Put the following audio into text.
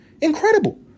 Incredible